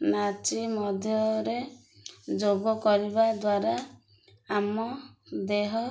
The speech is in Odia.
ନାଚି ମଧ୍ୟରେ ଯୋଗ କରିବା ଦ୍ୱାରା ଆମ ଦେହ